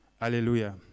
Hallelujah